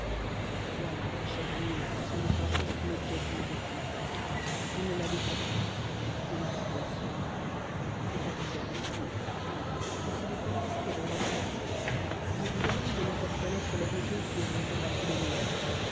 voilà ma chère amie ma façon de penser sur l'objet qui nous occupe je ne la défends pas je l'expose seulement c'est à vous à décider mais si vous persistez dans votre avis je vous demande de me faire connaître les raisons qui auront combattu les miennes